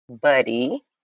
buddy